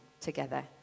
together